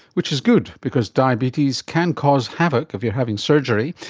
which is good because diabetes can cause havoc if you are having surgery.